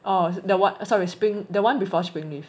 oh the what sorry spring the [one] before springleaf